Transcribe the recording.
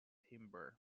timber